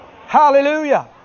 Hallelujah